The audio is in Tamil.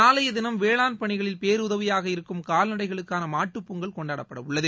நாளைய தினம் வேளாண் பணிகளில் பேருதவியாக இருக்கும் கால்நடைகளுக்கான மாட்டுப்பொங்கல் கொண்டாடப்பட உள்ளது